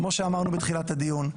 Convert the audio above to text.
כמו שאמרנו בתחילת הדיון,